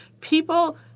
people –